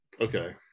Okay